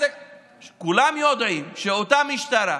כולם יודעים שאותה משטרה,